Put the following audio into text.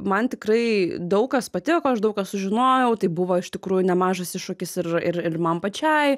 man tikrai daug kas patiko aš daug ką sužinojau tai buvo iš tikrųjų nemažas iššūkis ir ir ir man pačiai